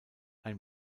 ein